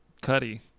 Cuddy